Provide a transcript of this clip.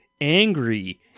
angry